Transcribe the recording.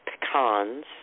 pecans